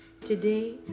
Today